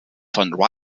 von